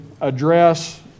address